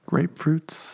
Grapefruits